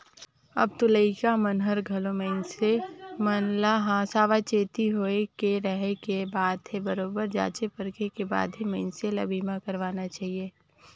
अब तो लइका मन हर घलो मइनसे मन ल सावाचेती होय के रहें के बात हे बरोबर जॉचे परखे के बाद ही मइनसे ल बीमा करवाना चाहिये